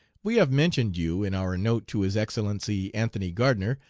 we have mentioned you in our note to his excellency anthony gardner,